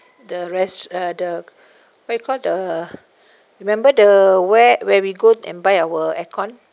the rest uh the what you call the remember the where where we go and buy our aircon